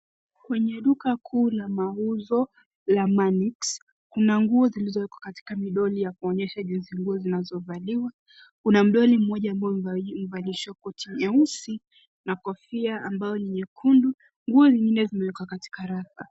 Kwenye duka kuu la mauzo la Manix . Kuna nguo zilizowekwa katika midoli ya kuonyesha jinsi nguo zinazovaliwa. Kuna mdoli mmoja ambayo imevalishwa koti nyeusi na kofia ambayo ni nyekundu. Nguo zengine zimewekwa katika rafa.